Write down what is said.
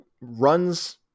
runs